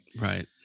Right